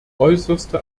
äußerste